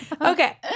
Okay